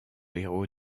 héros